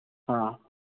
ꯑꯥ